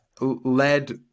led